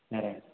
సరే అండి